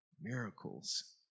miracles